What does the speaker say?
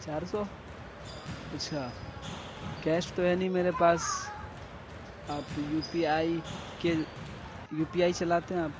چار سو اچھا کیش تو ہے نہیں میرے پاس آپ یو پی آئی کہ یو پی آئی چلاتے ہیں آپ